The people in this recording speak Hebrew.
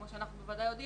כמו שאנחנו בוודאי יודעים,